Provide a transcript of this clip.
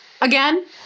again